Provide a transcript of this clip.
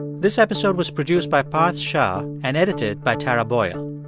this episode was produced by parth shah and edited by tara boyle.